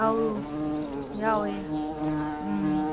ꯑꯧ ꯌꯥꯎꯋꯦ ꯎꯝ